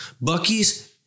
Bucky's